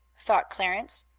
thought clarence,